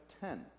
ten